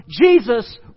Jesus